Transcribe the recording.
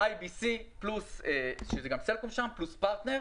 IBC פלוס גם סלקום שם פרטנר.